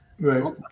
right